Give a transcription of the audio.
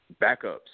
backups